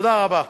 תודה רבה.